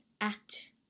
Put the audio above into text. act